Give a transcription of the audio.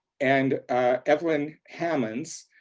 and evelyn hammons,